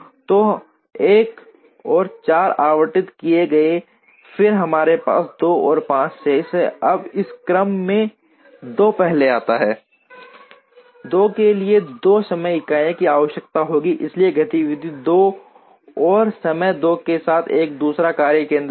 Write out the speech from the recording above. तो 1 और 4 आवंटित किए गए हैं फिर हमारे पास 2 और 5 शेष हैं अब इस क्रम में 2 पहले आता है 2 के लिए 2 समय इकाइयों की आवश्यकता होती है इसलिए गतिविधि 2 और समय 2 के साथ एक दूसरा कार्य केंद्र बनाएं